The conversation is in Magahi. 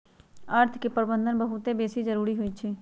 अर्थ के प्रबंधन बहुते बेशी जरूरी होइ छइ